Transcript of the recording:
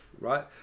right